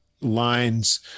lines